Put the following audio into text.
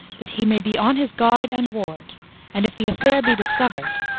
that he may be on his guard and ward and, if the affair be discovered,